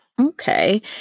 Okay